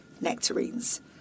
nectarines